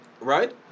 Right